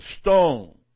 stone